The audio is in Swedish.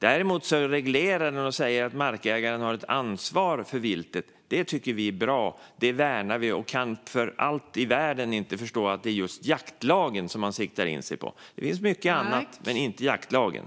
Däremot reglerar den detta och säger att markägaren har ett ansvar för viltet. Detta tycker vi är bra. Det värnar vi, och vi kan för allt i världen inte förstå varför det är just jaktlagen som man siktar in sig på. Det finns mycket annat att invända mot, men inte jaktlagen.